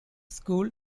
school